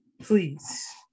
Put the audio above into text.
please